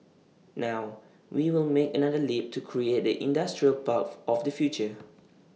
now we will make another leap to create the industrial path of the future